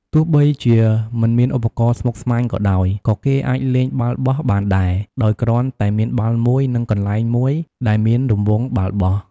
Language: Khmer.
ទោះបីជាមិនមានឧបករណ៍ស្មុគស្មាញក៏ដោយ ក៏គេអាចលេងបាល់បោះបានដែរ ដោយគ្រាន់តែមានបាល់មួយ និងកន្លែងមួយដែលមានរង្វង់បាល់បោះ។